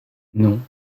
non